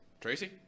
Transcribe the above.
Tracy